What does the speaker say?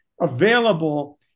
available